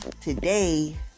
today